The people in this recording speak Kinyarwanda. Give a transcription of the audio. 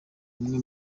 umwe